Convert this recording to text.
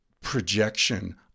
projection